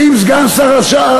האם סגן השר,